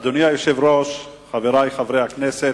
אדוני היושב-ראש, חברי חברי הכנסת,